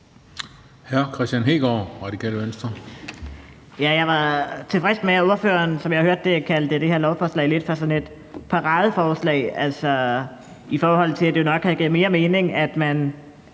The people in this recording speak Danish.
Jeg var tilfreds med, at ordføreren, som jeg hørte det, kaldte det her lovforslag lidt som sådan et paradeforslag, i forhold til at det nok havde givet mere mening, at man